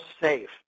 safe